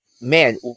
man